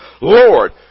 Lord